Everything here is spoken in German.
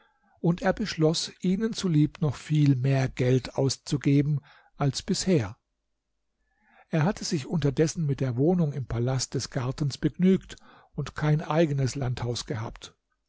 und er beschloß ihnen zulieb noch viel mehr geld auszugeben als bisher er hatte sich unterdessen mit der wohnung im palast des gartens begnügt und kein eigenes landhaus gehabt